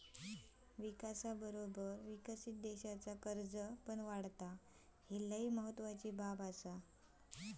विकासाबरोबर विकसित देशाचा कर्ज पण वाढता, ही लय महत्वाची बाब आसा